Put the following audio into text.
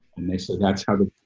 and they said that's how the,